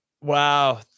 Wow